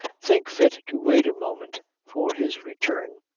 think fit to wait a moment for his return,